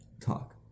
talk